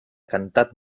cantat